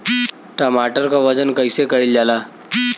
टमाटर क वजन कईसे कईल जाला?